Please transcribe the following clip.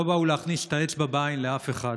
לא באו להכניס את האצבע בעין לאף אחד.